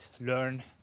learn